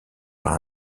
par